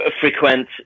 frequent